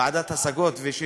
ועדת השגות, סעדי, סעדי, לא סעד.